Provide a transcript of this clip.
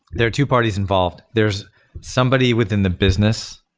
there are two parties involved. there's somebody within the business.